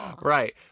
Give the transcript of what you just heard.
Right